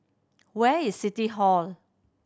where is City Hall